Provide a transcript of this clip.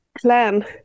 plan